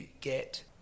get